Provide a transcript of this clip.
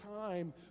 time